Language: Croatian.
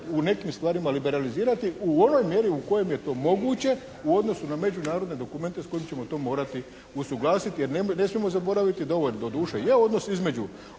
u nekim stvarima liberalizirati u onoj mjeri u kojoj je to moguće u odnosu na međunarodne dokumente s kojima ćemo to morati usuglasiti. Jer ne smijemo zaboraviti da ovo doduše